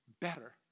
better